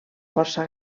força